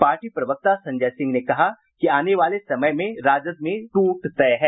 party प्रवक्ता संजय सिंह ने कहा कि आने वाला समय में राजद में टूट तय है